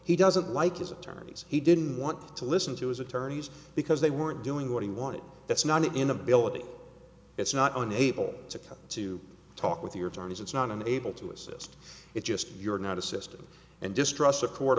he doesn't like his attorneys he didn't want to listen to his attorneys because they weren't doing what he wanted that's not an inability it's not on able to come to talk with your attorneys it's not an able to assist it's just you're not a system and distrust of court